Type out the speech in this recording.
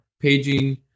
paging